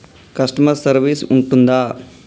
Customer service ఉంటుందా?